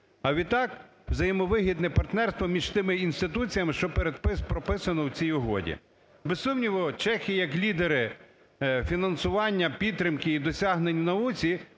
а відтак взаємовигідне партнерство між тими інституціями, що прописано в цій угоді. Без сумніву, чехи як лідери фінансування, підтримки і досягнень в науці